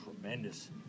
tremendous